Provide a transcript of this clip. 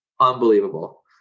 unbelievable